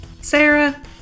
Sarah